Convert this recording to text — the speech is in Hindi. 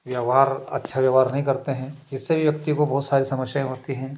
व्यवहार अच्छा व्यवहार नहीं करते हैं जिससे व्यक्ति को बहुत सारी समस्याएं होता है